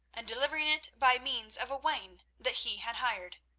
and delivering it by means of a wain that he had hired.